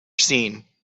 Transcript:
seen